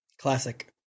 Classic